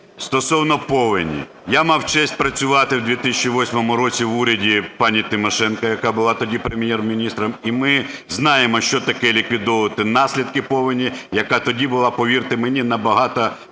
стосовно повені. Я мав честь працювати у 2008 році в уряді пані Тимошенко, яка була тоді Прем'єр-міністром, і ми знаємо, що таке ліквідовувати наслідки повені, яка тоді була, повірте мені, набагато